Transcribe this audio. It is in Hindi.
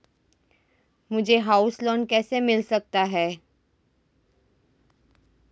मुझे हाउस लोंन कैसे मिल सकता है?